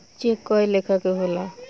check कए लेखा के होला